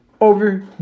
over